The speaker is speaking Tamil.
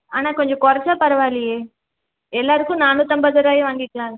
ஆனால் கொஞ்சம் குறைச்சா பரவா இல்லையே எல்லாேருக்கும் நானூற்று ஐம்பது ரூபாயே வாங்கிக்கலாமில